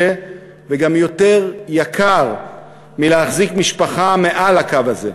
וגם יותר יקר מלהחזיק משפחה מעל לקו הזה.